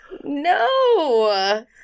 No